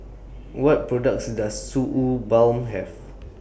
What products Does Suu Balm Have